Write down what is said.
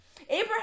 Abraham